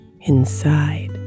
inside